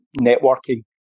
networking